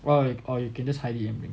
or like or you can just hide it and bring